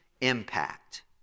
impact